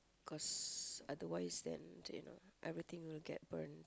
cause otherwise them do you know everything will get burn